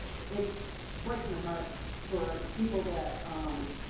it breaks my heart for people that, um,